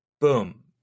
boom